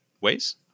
ways